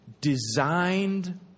designed